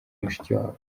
mushikiwabo